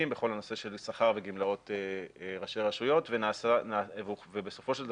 בכל הנושא של שכר וגמלאות ראשי רשויות ובסופו של דבר,